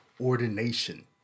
ordination